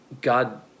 God